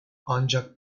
ancak